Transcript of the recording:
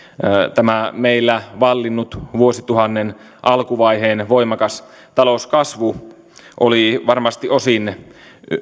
tämä meillä vallinnut vuosituhannen alkuvaiheen voimakas talouskasvu oli varmasti osin